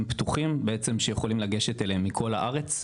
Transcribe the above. פתוחים בעצם שיכולים לגשת אליהם מכל הארץ,